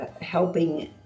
helping